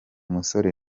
musore